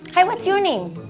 hi, what's your name?